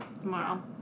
tomorrow